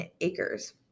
acres